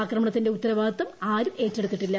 ആക്രമണത്തിന്റെ ഉത്തരവാദിത്വം ആരും ഏറ്റെടുത്തിട്ടില്ല